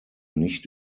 nicht